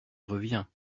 reviens